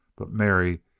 but mary,